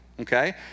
okay